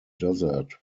desert